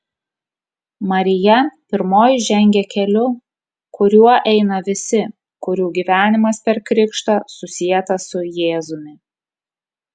marija pirmoji žengia keliu kuriuo eina visi kurių gyvenimas per krikštą susietas su jėzumi